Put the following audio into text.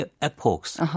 epochs